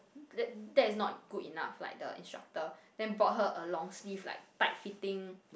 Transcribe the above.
that that is not good enough like the instructor then brought her a long sleeve like tight fitting